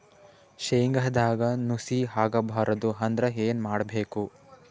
ಶೇಂಗದಾಗ ನುಸಿ ಆಗಬಾರದು ಅಂದ್ರ ಏನು ಮಾಡಬೇಕು?